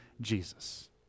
Jesus